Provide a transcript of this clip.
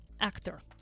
actor